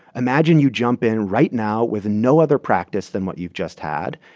imagine you jump in right now with no other practice than what you've just had,